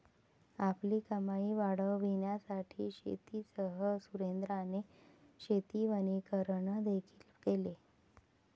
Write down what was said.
आपली कमाई वाढविण्यासाठी शेतीसह सुरेंद्राने शेती वनीकरण देखील केले